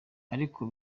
ariko